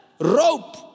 rope